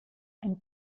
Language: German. ein